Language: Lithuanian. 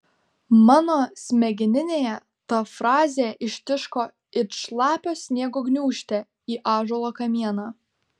mano smegeninėje ta frazė ištiško it šlapio sniego gniūžtė į ąžuolo kamieną